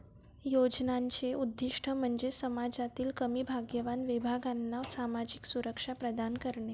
योजनांचे उद्दीष्ट म्हणजे समाजातील कमी भाग्यवान विभागांना सामाजिक सुरक्षा प्रदान करणे